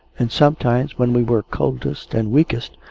and sometimes, when we were coldest and weakest,